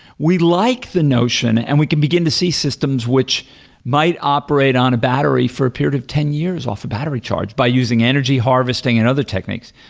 we like the notion and we can begin to see systems, which might operate on a battery for a period of ten years off a battery charge, by using energy harvesting and other techniques.